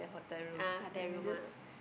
ah hotel room ah